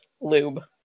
lube